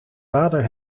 vader